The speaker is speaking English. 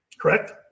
Correct